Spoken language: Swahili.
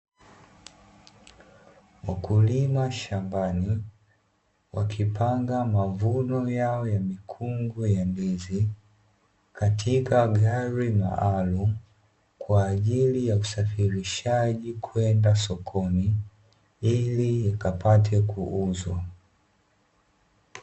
Wakulima shambani wakipanga mavuno yao ya mikungu ya ndizi katika gari la alu kwa ajili ya usafirishaji kwenda sokoni ili ikapate kuuzwa.